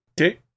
Okay